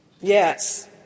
Yes